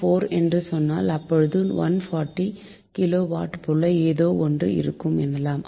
4 என்று சொன்னால் அப்போது 140 கிலோ வாட் போல ஏதோஒன்று இருக்கும் எனலாம்